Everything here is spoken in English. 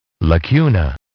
Lacuna